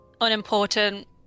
unimportant